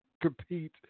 compete